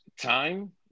time